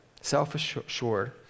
self-assured